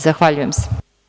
Zahvaljujem se.